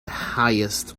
highest